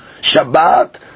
Shabbat